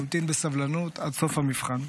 הוא המתין בסבלנות עד סוף המבחן.